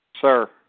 Sir